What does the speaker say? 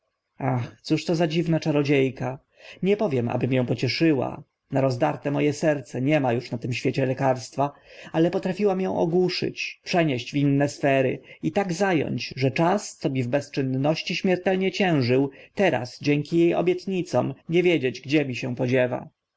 to za dziwna czarodzie ka nie powiem aby mię pocieszyła na rozdarte mo e serce nie ma uż na tym świecie lekarstwa ale potrafiła mię ogłuszyć przenieść w inne sfery i tak za ąć że czas co mi w bezczynności śmiertelnie ciężył teraz dzięki e obietnicom nie wiedzieć gdzie mi się podziewa